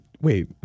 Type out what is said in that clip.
Wait